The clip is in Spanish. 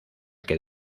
que